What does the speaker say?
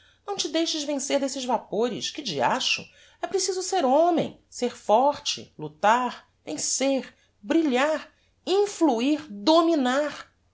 não te deixes vencer desses vapores que diacho é preciso ser homem ser forte lutar vencer brilhar influir dominar